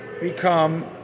become